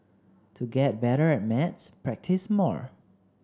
to get better at maths practise more